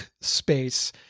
space